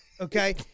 okay